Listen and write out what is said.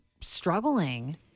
struggling